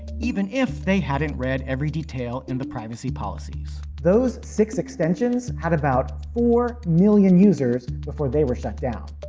even if they hadn't read every detail in the privacy policies. those six extensions had about four million users before they were shut down.